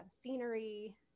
scenery